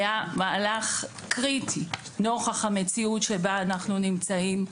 המהלך הזה היה מהלך קריטי נוכח המציאות בה אנחנו נמצאים.